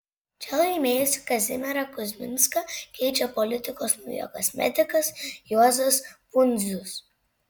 čia laimėjusį kazimierą kuzminską keičia politikos naujokas medikas juozas pundzius